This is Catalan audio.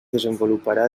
desenvoluparà